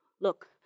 Look